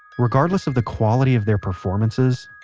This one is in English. regardless of the quality of their performances,